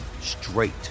straight